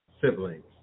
siblings